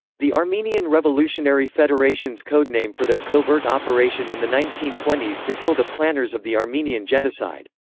the armenian revolutionary federation's codename for their covert operation in the nineteen twenty s to kill the planners of the armenian genocide.